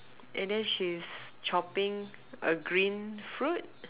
and then she's chopping a green fruit